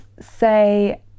Say